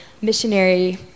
missionary